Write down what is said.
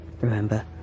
Remember